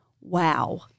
Wow